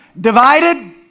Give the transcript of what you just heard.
divided